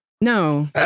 No